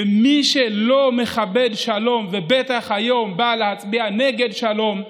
ומי שלא מכבד שלום ובטח מי שהיום בא להצביע נגד שלום,